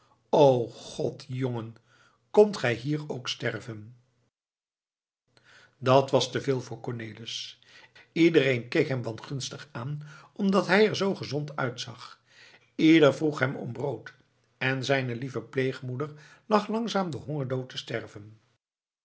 o god jongen komt gij hier ook sterven dat was te veel voor cornelis iedereen keek hem wangunstig aan omdat hij er zoo gezond uitzag ieder vroeg hem om brood en zijne lieve pleegmoeder lag langzaam den hongerdood te sterven